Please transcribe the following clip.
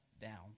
down